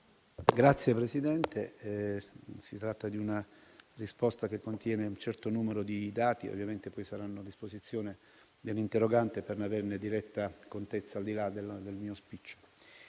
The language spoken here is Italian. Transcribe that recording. Signor Presidente, si tratta di una risposta che contiene un certo numero di dati, che ovviamente poi saranno a disposizione dell'interrogante, affinché ne abbia diretta contezza, al di là del mio *speech*.